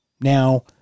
Now